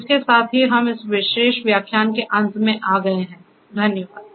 इसके साथ ही हम इस विशेष व्याख्यान के अंत में आ गए हैं धन्यवाद